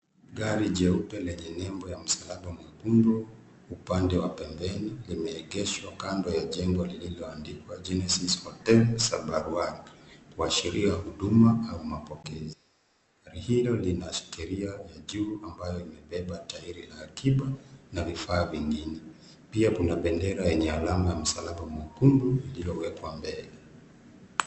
Gari jeupe lenye nembo ya msalaba mwekundu upande wa pembeni limeegeshwa kando ya jengo lililoandikwa Genesis Hotel Sabaruak kuashiria huduma au mapokezi. Gari hilo lina shikilia ya juu ambayo limebeba tairi la akiba na vifaa vingine. Pia kuna bendera yenye alama ya msalaba mwekundu lililowekwa mbele.